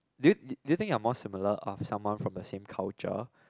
do you do you think you are more similar on someone from the same culture